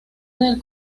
del